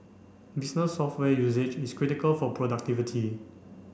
business software usage is critical for productivity